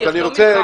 אני אחתום אתך.